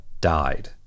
died